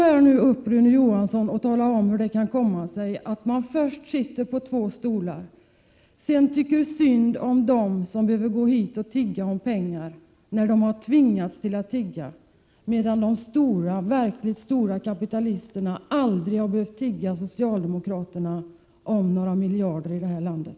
Gå nu upp, Rune Johansson, och tala om hur det kan komma sig att man först sitter på två stolar och sedan tycker synd om dem som har tvingats komma hit och tigga om pengar, medan de verkligt stora kapitalisterna aldrig behöver tigga socialdemokraterna om någon miljard i det här landet!